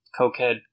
Cokehead